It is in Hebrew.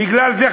בגלל זה,